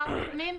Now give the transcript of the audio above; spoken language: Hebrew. מחר חותמים.